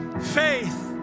Faith